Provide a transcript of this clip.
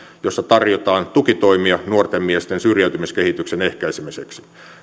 jossa tarjotaan tukitoimia nuorten miesten syrjäytymiskehityksen ehkäisemiseksi